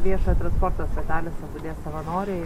viešojo transporto stotelėse budės savanoriai